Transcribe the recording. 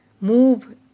move